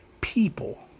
people